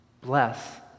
bless